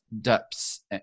depths